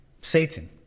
Satan